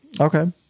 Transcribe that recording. Okay